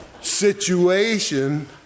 situation